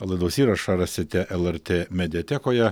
laidos įrašą rasite lrt mediatekoje